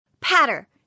Patter